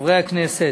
חברי הכנסת,